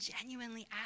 genuinely